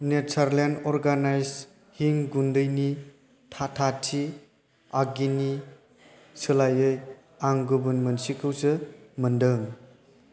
Natureland अर्गानाइस हिं गुन्दैनि टाटा टि आगिनि सोलायै आं गुबुन मोनसेखौसो मोनदों